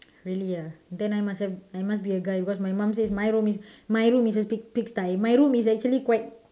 really ah then I must have I must be a guy because my mom says my room my room is a pig pig sty my room is actually quite